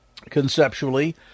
conceptually